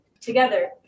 together